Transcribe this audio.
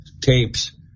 Tapes